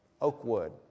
Oakwood